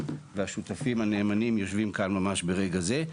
והשותפים הנאמנים היושבים כאן ממש ברגע זה.